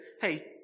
hey